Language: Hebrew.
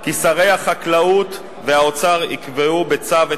כי שר החקלאות ושר האוצר יקבעו בצו את